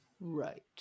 right